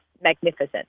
magnificent